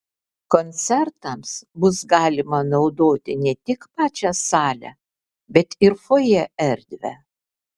koncertams bus galima naudoti ne tik pačią salę bet ir fojė erdvę